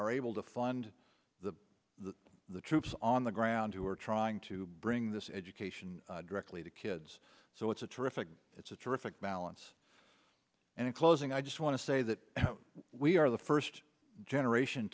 are able to fund the the the troops on the ground who are trying to bring this education directly to kids so it's a terrific it's a terrific balance and in closing i just want to say that we are the first generation